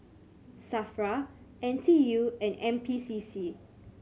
SAFRA N T U and N P C C